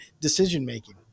decision-making